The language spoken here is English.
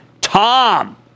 Tom